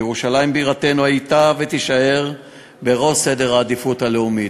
ירושלים בירתנו הייתה ותישאר בראש סדר העדיפות הלאומי.